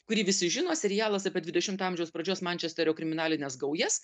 kurį visi žino serialas apie dvidešimto amžiaus pradžios mančesterio kriminalines gaujas